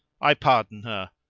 i pardon her,